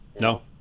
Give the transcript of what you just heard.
no